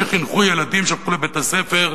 שחינכו ילדים שהלכו לבית-הספר,